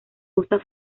usa